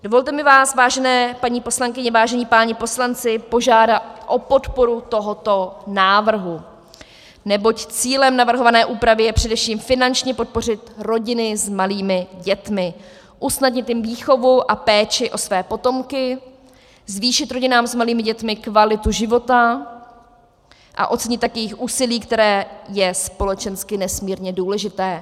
Dovolte mi vás, vážené paní poslankyně, vážení páni poslanci, požádat o podporu tohoto návrhu, neboť cílem navrhované úpravy je především finančně podpořit rodiny s malými dětmi, usnadnit jim výchovu a péči o své potomky, zvýšit rodinám s malými dětmi kvalitu života, a ocenit tak jejich úsilí, které je společensky nesmírně důležité.